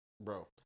Bro